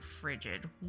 frigid